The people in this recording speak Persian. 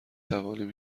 توانیم